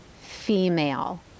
female